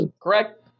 Correct